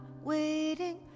waiting